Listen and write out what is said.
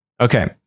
Okay